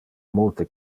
multe